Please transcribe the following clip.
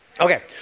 Okay